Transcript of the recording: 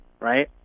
right